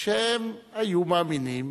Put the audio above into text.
שהיו מאמינים,